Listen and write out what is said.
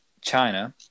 China